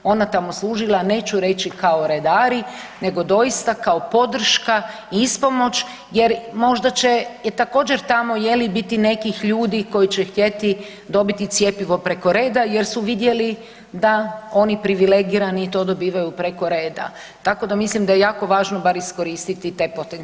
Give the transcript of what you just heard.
Ona je tamo služila neću reći kao redari nego doista kao podrška i ispomoć jer možda će također tamo je li biti nekih ljudi koji će htjeti dobiti cjepivo preko reda jer su vidjeli da oni privilegirani to dobivaju preko reda, tako da mislim da je jako važno bar iskoristiti te potencijale.